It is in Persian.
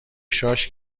شاش